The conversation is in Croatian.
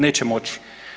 Neće moći.